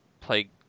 play